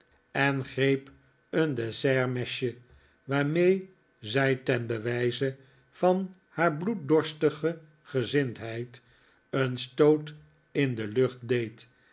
en greep een dessertmesje waarmee zij ten bewijze van haar bloeddorstige gezindheid een stoot in de lucht deed